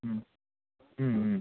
ம் ம் ம்